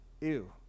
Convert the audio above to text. ew